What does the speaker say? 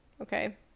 okay